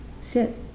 sit